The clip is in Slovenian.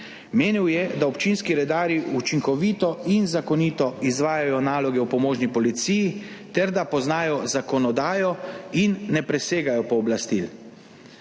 Menil je, da občinski redarji učinkovito in zakonito izvajajo naloge v pomožni policiji ter da poznajo zakonodajo in ne presegajo pooblastil.